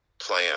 plan